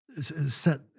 set